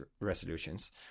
resolutions